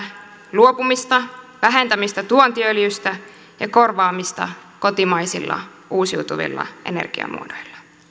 luopumista vähentämistä tuontiöljystä ja korvaamista kotimaisilla uusiutuvilla energiamuodoilla